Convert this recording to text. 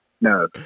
no